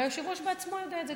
והיושב-ראש בעצמו יודע את זה,